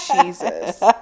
Jesus